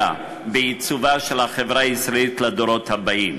בעיצובה של החברה הישראלית לדורות הבאים.